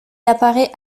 apparaît